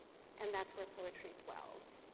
and that's where poetry dwells.